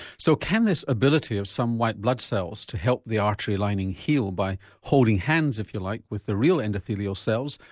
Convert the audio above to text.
so can this ability of some white blood cells to help the artery lining heal by holding hands if you like with the real endothelial cells,